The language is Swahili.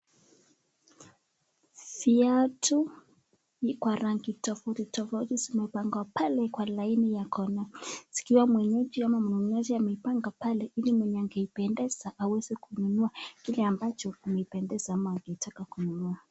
Viatu ni kwa rangi tofauti tofauti zimepangwa pale kwa laini ya kona, zikiwa mwenyeji ama mnunuzi ameipanga pale ili mwenye angeipendeza aweze kununua kile ambacho amependezwa ama angetaka kununua.